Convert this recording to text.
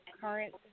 current